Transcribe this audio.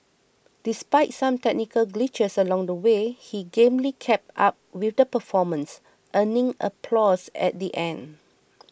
despite some technical glitches along the way he gamely kept up with the performance earning applause at the end